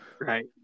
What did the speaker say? Right